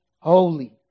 holy